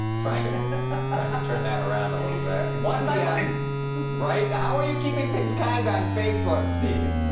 trying to trying to turn that around a little bit. one dm, and i mean right? how are you keeping things kind on facebook, steve?